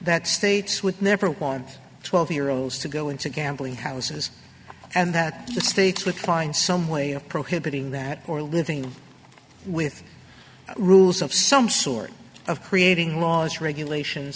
that states would never want twelve year olds to go into gambling houses and that the states with find some way of prohibiting that or living with rules of some sort of creating laws regulations